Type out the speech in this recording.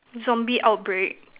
zombie outbreak